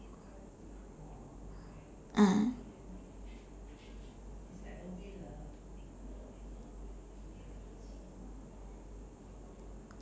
ah